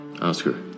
Oscar